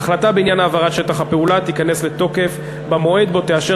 ההחלטה בעניין העברת שטח הפעולה תיכנס לתוקף במועד שבו תאשר